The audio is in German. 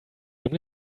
dem